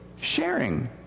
sharing